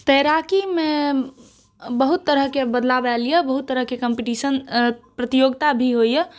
तैराकीमे बहुत तरहके बदलाव आयल यए बहुत तरहके कॉम्पीटिशन प्रतियोगिता भी होइए